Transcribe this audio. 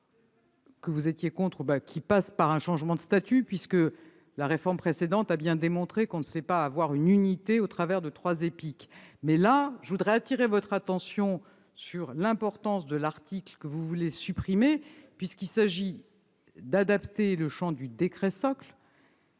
de statut ! Cela passe par un changement de statut, puisque la réforme précédente a bien démontré l'impossibilité d'avoir une unité au travers de trois EPIC. Je voudrais attirer votre attention sur l'importance de l'article que vous voulez supprimer, puisqu'il s'agit d'adapter le champ du décret-socle